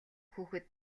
хүүхэд